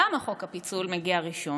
למה חוק הפיצול מגיע ראשון?